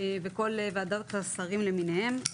וכל ועדות השרים למיניהם.